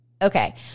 Okay